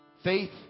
faith